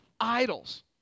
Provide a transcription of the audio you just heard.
idols